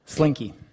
Slinky